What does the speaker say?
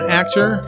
actor